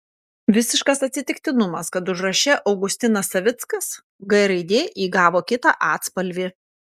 visiškas atsitiktinumas kad užraše augustinas savickas g raidė įgavo kitą atspalvį